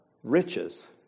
Riches